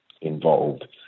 involved